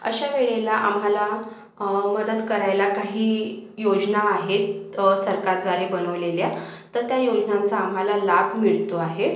अशा वेळेला आम्हाला मदत करायला काही योजना आहेत सरकारद्वारे बनवलेल्या तर त्या योजनांचा आम्हाला लाभ मिळतो आहे